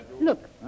Look